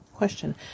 Question